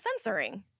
censoring